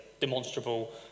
Demonstrable